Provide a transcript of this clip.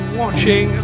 watching